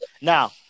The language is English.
Now